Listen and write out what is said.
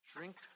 Drink